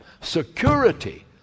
Security